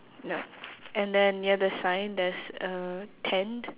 no and then near the sign there's a tent